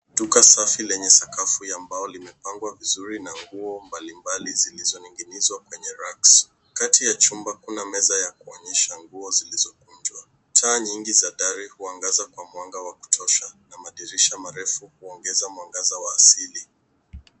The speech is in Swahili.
Duka safi lenye sakafu ya mbao limepangwa vizuri na nguo mbalimbali zilizoning'inizwa kwenye racks . Kati ya chumba kuna meza ya kuonyesha nguo zilizokunjwa. Taa nyingi za dari huangaza kwa mwanga wa kutosha na madirisha marefu huongeza mwangaza wa asili.